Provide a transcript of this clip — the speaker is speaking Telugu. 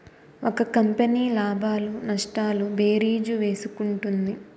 ఒక కంపెనీ లాభాలు నష్టాలు భేరీజు వేసుకుంటుంది